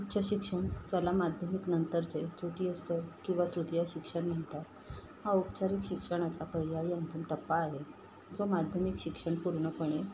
उच्च शिक्षण याला माध्यमिकनंतरचे तृतीय स्तर किंवा तृतीय शिक्षण म्हणतात हा औपचारिक शिक्षणाचा पर्यायी अंतिम टप्पा आहे जो माध्यमिक शिक्षण पूर्णपणे